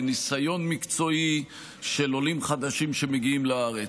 בניסיון מקצועי של עולים חדשים שמגיעים לארץ.